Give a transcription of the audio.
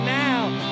now